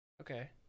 okay